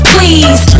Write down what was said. Please